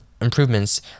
improvements